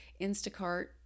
Instacart